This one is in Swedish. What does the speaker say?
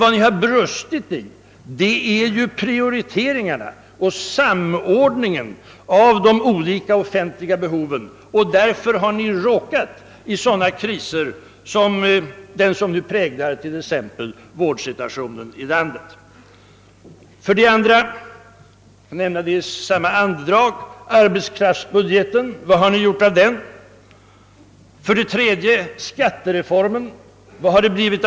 Men det har brustit i fråga om prioriteringarna och samordningen av de olika offentliga behoven, och därför har ni råkat in i sådana kriser som exempelvis den som präglar vårdsituationen. För det andra: Vad har ni gjort åt arbetskraftsbudgeten, som jag nämnde i samma andedrag? För det tredje: Vad har det blivit av skattereformen.